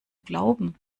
glauben